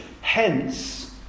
Hence